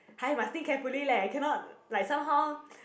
hi must think carefully leh cannot like somehow